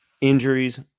injuries